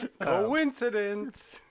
Coincidence